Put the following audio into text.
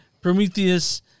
Prometheus